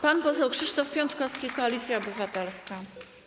Pan poseł Krzysztof Piątkowski, Koalicja Obywatelska.